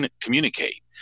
communicate